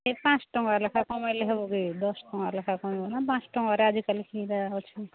ସେ ପାଞ୍ଚ ଟଙ୍କା ଲେଖା କମେଇଲେ ହବ କି ଦଶ ଟଙ୍କା ଲେଖା କମେଇବ ନା ପାଞ୍ଚ ଟଙ୍କାରେ ଆଜିକାଲି କିରା ଅଛି